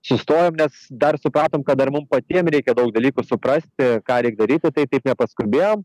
sustojom nes dar supratom kad dar mum patiem reikia daug dalykų suprasti ką reik daryti tai taip nepaskubėjom